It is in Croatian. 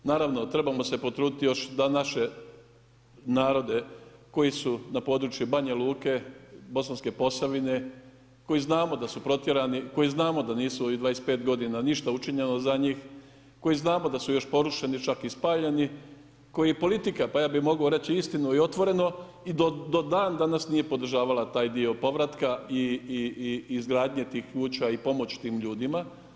Naravno trebamo se potruditi još da naše narode koji su na području Banja Luke, Bosanske Posavine koji znamo da su protjerani, koji znamo da nisu u ovih 25 godina ništa učinjeno za njih, koji znamo da su još porušeni čak i spaljeni, koji je politika pa ja bi mogao reći istinu i otvoreni i do danas nije podržavala taj dio povratka i izgradnje tih kuća i pomoći tim ljudima.